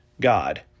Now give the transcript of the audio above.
God